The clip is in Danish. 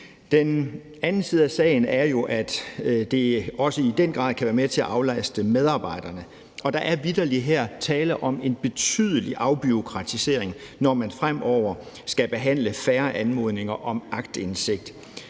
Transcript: Den anden side af sagen er jo, at det også i den grad kan være med til at aflaste medarbejderne, og der er vitterlig her tale om en betydelig afbureaukratisering, når man fremover skal behandle færre anmodninger om aktindsigt.